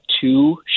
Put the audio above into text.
two